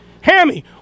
Hammy